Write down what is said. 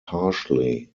harshly